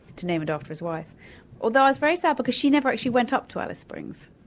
to name it after his wife although i was very sad, because she never actually went up to alice springs.